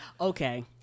Okay